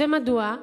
ומדוע?